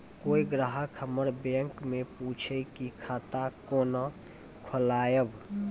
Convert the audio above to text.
कोय ग्राहक हमर बैक मैं पुछे की खाता कोना खोलायब?